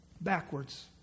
Backwards